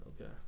Okay